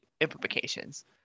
implications